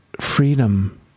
freedom